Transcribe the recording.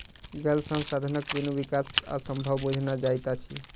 जल संसाधनक बिनु विकास असंभव बुझना जाइत अछि